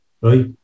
right